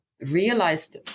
realized